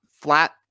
flat